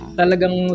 talagang